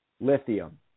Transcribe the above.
Lithium